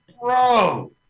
bro